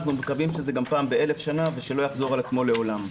אנחנו מקווים שזה גם פעם ב-1,000 שנה ושלא יחזור על עצמו לעולם.